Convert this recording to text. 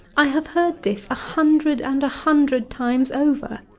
i have heard this a hundred and hundred times over.